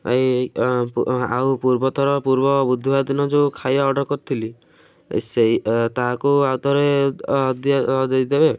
ଏଇ ଆଉ ପୂର୍ବଥର ପୂର୍ବ ବୁଧବାର ଦିନ ଯେଉଁ ଖାଇବା ଅର୍ଡ଼ର୍ କରିଥିଲି ସେଇ ତାହାକୁ ଆଉ ଥରେ ଦେଇ ଦେବେ